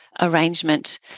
arrangement